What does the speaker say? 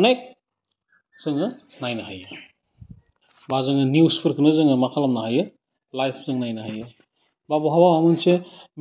अनेक जोङो नायनो हायो बा जोङो निउसफोरखौनो जोङो मा खालामनो हायो लाइभ जों नायनो हायो बा बहाबा माबा मोनसे